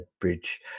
bridge